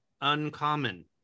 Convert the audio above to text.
uncommon